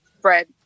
bread